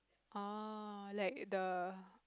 oh like the